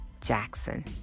jackson